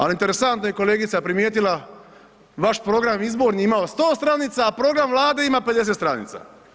Ali interesantno i kolegica je primijetila, vaš program izborni je imao 100 stranica, a program Vlade ima 50 stranica.